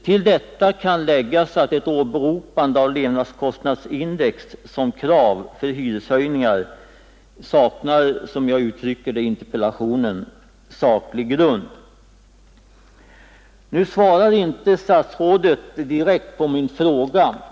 Till detta kan läggas att ett åberopande av levnadskostnadsindex som krav för hyreshöjningar saknar, som jag uttrycker det i interpellationen, saklig grund. Nu svarar inte statsrådet direkt på min fråga.